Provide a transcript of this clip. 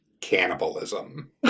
cannibalism